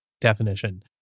definition